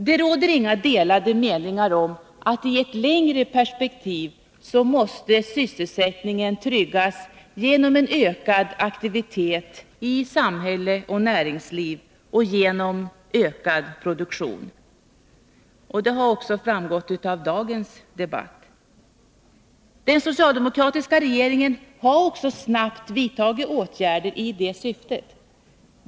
Det råder inga delade meningar om att sysselsättningen i ett längre perspektiv måste tryggas genom en ökad aktivitet i samhälle och näringsliv och genom ökad produktion. Detta har också framgått i dagens debatt. Den socialdemokratiska regeringen har snabbt vidtagit åtgärder i detta syfte.